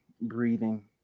breathing